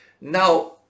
Now